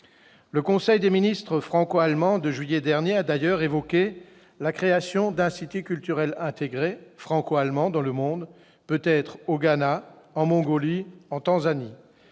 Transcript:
Le conseil des ministres franco-allemand de juillet dernier a d'ailleurs évoqué la création d'instituts culturels franco-allemands intégrés dans le monde, peut-être au Ghana, en Mongolie, en Tanzanie